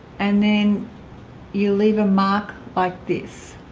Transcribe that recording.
and then you leave a mark like this